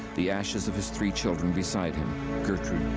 the ashes of his three children beside him gertrude,